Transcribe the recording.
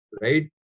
right